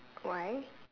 why